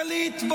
גלית,